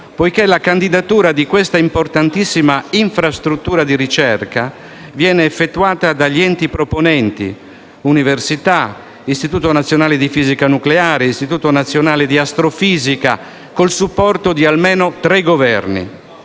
poiché la candidatura di questa importantissima infrastruttura di ricerca viene effettuata dagli enti proponenti (università, Istituto nazionale di fisica nucleare, Istituto nazionale di astrofisica), col supporto di almeno tre Governi,